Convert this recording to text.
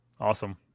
awesome